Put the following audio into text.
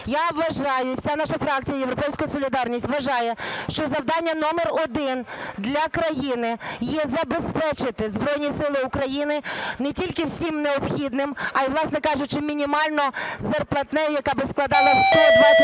Я вважаю, і вся наша фракція "Європейська солідарність" вважає, що завдання номер один для країни є забезпечити Збройні Сили України не тільки всім необхідним, а і, власне кажучи, мінімально зарплатнею, яка би складала 125 відсотків